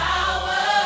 Power